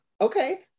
okay